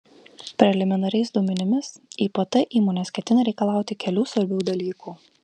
preliminariais duomenimis ipt įmonės ketina reikalauti kelių svarbių dalykų